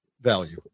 value